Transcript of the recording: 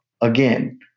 again